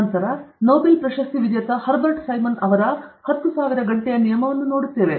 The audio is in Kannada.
ನಂತರ ನೊಬೆಲ್ ಪ್ರಶಸ್ತಿ ವಿಜೇತ ಹರ್ಬರ್ಟ್ ಸೈಮನ್ ಅವರ 10000 ಗಂಟೆಯ ನಿಯಮವನ್ನು ನೋಡುತ್ತೇವೆ